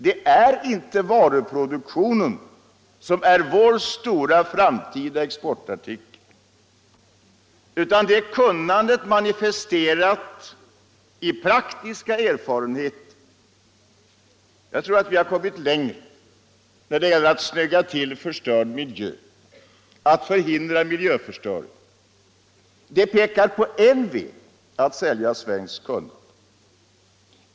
Det är inte varuproduktionen som är vår stora framtida exportartikel, utan det är kunnandet manifesterat i praktiska erfarenheter. Jag tror att vi har kommit längre när det gäller att snygga upp förstörd miljö, att förhindra miljöförstöring. Det pekar på en väg att sälja svenskt kunnande.